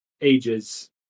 ages